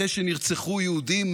אחרי שנרצחו יהודים,